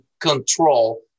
control